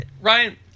ryan